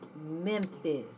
Memphis